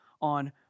on